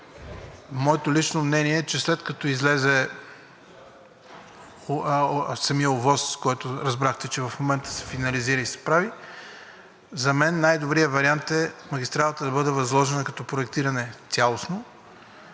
Моето лично мнение е, че след като излезе самият ОВОС, който разбрахте, че в момента се финализира и се прави, за мен най-добрият вариант е магистралата да бъде възложена като цялостно